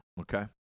okay